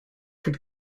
could